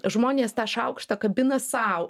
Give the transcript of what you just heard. žmonės tą šaukštą kabina sau